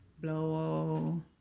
Blow